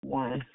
one